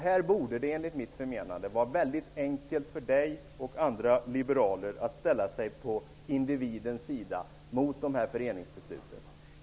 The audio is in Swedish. Här borde det enligt mitt förmenande vara väldigt enkelt för Mikael Odenberg och andra liberaler att ställa sig på individens sida, mot dessa föreningsbeslut.